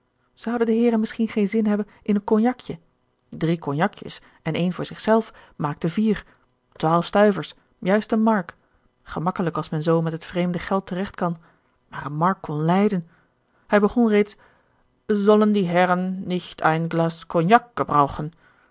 de heeren misschien geen zin hebben in een cognacje drie cognacjes gerard keller het testament van mevrouw de tonnette en een voor zich zelf maakte vier twaalf stuivers juist een mark gemakkelijk als men zoo met het vreemde geld terecht kan maar een mark kon lijden hij begon reeds sollen die herren nicht ein glas cognac